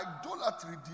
idolatry